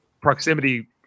proximity